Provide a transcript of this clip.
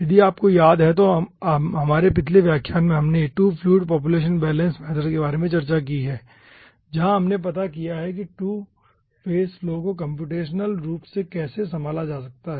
यदि आपको याद है तो हमारे पिछले व्याख्यान में हमने 2 फ्लूइड पॉपुलेशन बैलेंस मैथड के बारे में चर्चा की है जहाँ हमने पता किया है कि 2 फेज़ फ्लो को कम्प्यूटेशनल रूप से कैसे संभाला जा सकता है